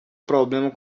problema